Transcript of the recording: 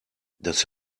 das